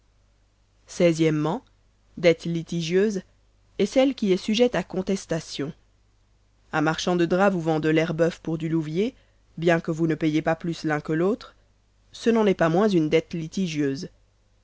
o dette litigieuse est celle qui est sujette à contestation un marchand de drap vous vend de l'elbeuf pour du louviers bien que vous ne payez pas plus l'un que l'autre ce n'en est pas moins une dette litigieuse